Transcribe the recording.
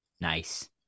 Nice